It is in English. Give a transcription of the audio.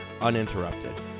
uninterrupted